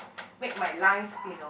make my life you know